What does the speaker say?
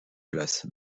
place